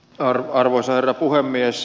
arvoisa herra puhemies